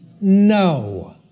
No